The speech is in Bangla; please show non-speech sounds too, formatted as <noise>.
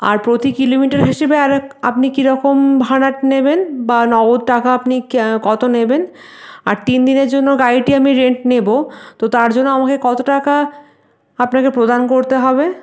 আর প্রতি কিলোমিটার হিসেবে আরেক আপনি কীরকম ভাড়া নেবেন বা নগদ টাকা আপনি <unintelligible> কত নেবেন আর তিনদিনের জন্য গাড়িটি আমি রেন্ট নেবো তো তার জন্য আমাকে কত টাকা আপনাকে প্রদান করতে হবে